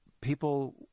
people